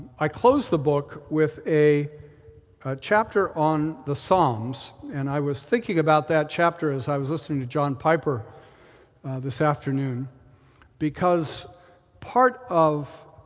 i closed the book with a chapter on the psalms, and i was thinking about that chapter as i was listening to john piper this afternoon because part of